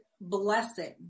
blessing